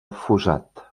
fossat